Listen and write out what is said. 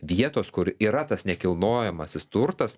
vietos kur yra tas nekilnojamasis turtas